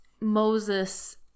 Moses